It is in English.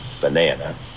banana